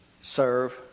serve